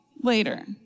later